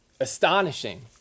Astonishing